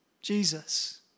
Jesus